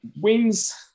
wins